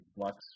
flux